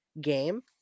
game